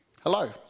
Hello